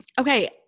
Okay